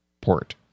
port